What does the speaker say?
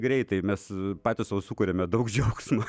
greitai mes patys sau sukuriame daug džiaugsmo